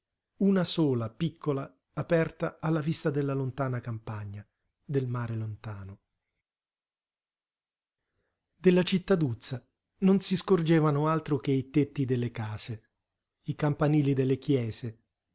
una sola piccola aperta alla vista della lontana campagna del mare lontano della cittaduzza non si scorgevano altro che i tetti delle case i campanili delle chiese